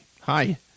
Hi